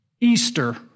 Easter